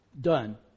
Done